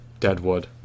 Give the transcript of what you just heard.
Deadwood